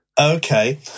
Okay